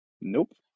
Nope